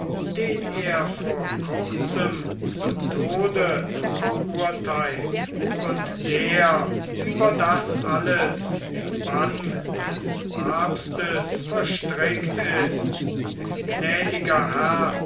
den er vor kurzem zum tode verurteilt und der über das alles im bann des papstes verstrickt ist gnädiger herr